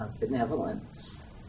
benevolence